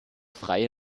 freie